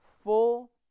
full